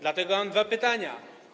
Dlatego mam dwa pytania.